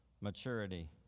maturity